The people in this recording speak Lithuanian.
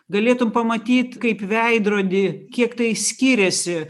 galėtum pamatyt kaip veidrody kiek tai skyriasi